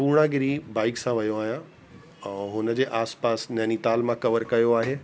Puragiri bike सां वियो आहियां ऐं हुनजे आस पास नैनीताल मां कवर कयो आहे